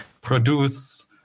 produce